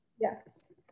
Yes